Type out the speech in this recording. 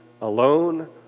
alone